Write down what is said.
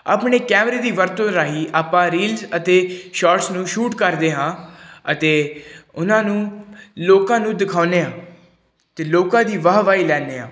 ਆਪਣੇ ਕੈਮਰੇ ਦੀ ਵਰਤੋਂ ਰਾਹੀਂ ਆਪਾਂ ਰੀਲਸ ਅਤੇ ਸ਼ੋਟਸ ਨੂੰ ਸ਼ੂਟ ਕਰਦੇ ਹਾਂ ਅਤੇ ਉਹਨਾਂ ਨੂੰ ਲੋਕਾਂ ਨੂੰ ਦਿਖਾਉਂਦੇ ਹਾਂ ਅਤੇ ਲੋਕਾਂ ਦੀ ਵਾਹ ਵਾਹੀ ਲੈਂਦੇ ਹਾਂ